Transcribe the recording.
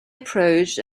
approached